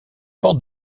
portes